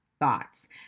thoughts